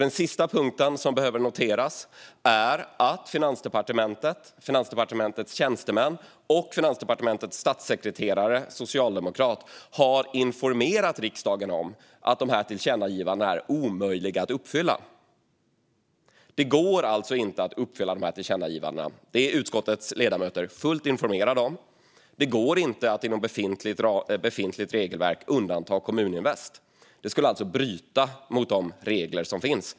Den sista punkten som behöver noteras är nämligen att Finansdepartementet, dess tjänstemän och socialdemokratiska statssekreterare, har informerat riksdagen om att dessa tillkännagivanden är omöjliga att uppfylla. Det går alltså inte att uppfylla dessa tillkännagivanden, vilket utskottets ledamöter är fullt informerade om. Det går inte att inom befintligt regelverk undanta Kommuninvest, för det skulle bryta mot de regler som finns.